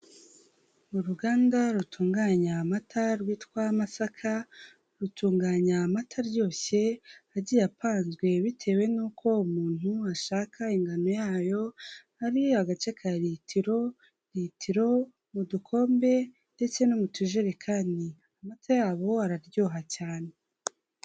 Uruganda rutunganya amata rwitwa Masaka, rutunganya amata aryoshye agiye apanzwe bitewe n'uko umuntu ashaka ingano yayo, hari agace ka litiro, litiro, mu dukombe ndetse no mu tujerekani, amata yabo araryoha cyane.